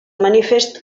manifest